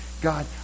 God